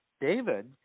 David